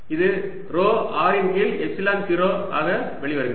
இது ρ r இன் கீழ் எப்சிலன் 0 ஆக வெளிவருகிறது